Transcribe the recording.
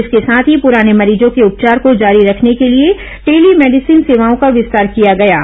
इसके साथ ही पुराने मरीजों के उपचार को जारी रखने के लिए टेली मेडिसीन सेवाओं का विस्तार किया गया है